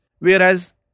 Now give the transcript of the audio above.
Whereas